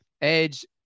Edge